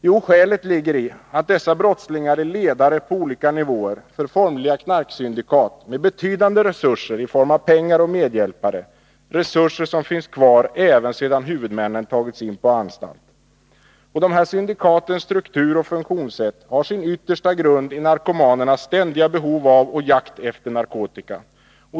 Jo, skälet ligger i att dessa brottslingar är ledare på olika nivåer för formliga knarksyndikat med betydande resurser i form av pengar och medhjälpare, resurser som finns kvar även sedan huvudmännen tagits in på anstalt. Dessa syndikats struktur och funktionssätt har sin yttersta grund i narkomanernas ständiga behov av och jakt efter narkotika.